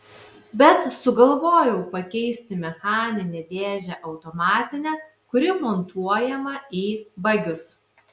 bet sugalvojau pakeisti mechaninę dėžę automatine kuri montuojama į bagius